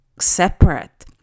separate